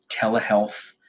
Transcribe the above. telehealth